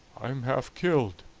i am half killed!